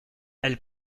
elle